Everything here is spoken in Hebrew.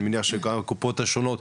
אני מניח שגם הקופות השונות,